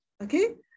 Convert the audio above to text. okay